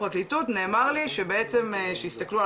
הפרקליטות נאמר לי שבעצם שהסתכלו על